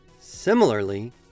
Similarly